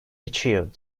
achieved